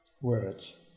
words